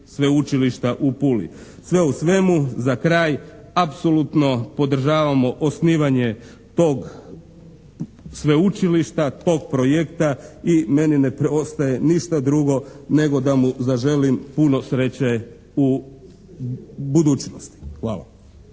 sveučilišta u Puli. Sve u svemu za kraj apsolutno podržavamo osnivanje tog sveučilišta, tog projekta i meni ne preostaje ništa drugo nego da mu zaželim puno sreće u budućnosti. Hvala.